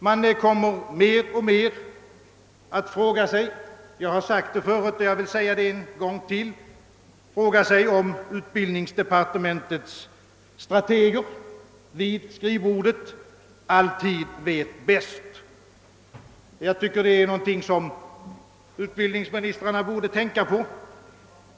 Man kommer mer och mer att fråga sig — jag har sagt det förut och jag vill säga det en gång till — om utbildningsdepartementets strateger vid skrivbordet alltid vet bäst. Jag tycker detta är någonting som utbildningsministrarna borde tänka på.